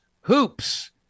hoops